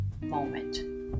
moment